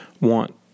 want